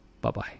bye-bye